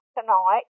tonight